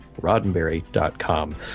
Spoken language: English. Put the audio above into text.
Roddenberry.com